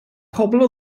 pobl